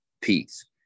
Peace